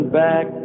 back